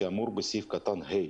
כמפורט בסעיף קטן (ה).